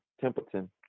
Templeton